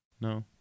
No